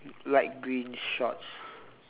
light green shorts